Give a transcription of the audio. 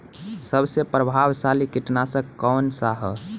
सबसे प्रभावशाली कीटनाशक कउन सा ह?